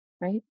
right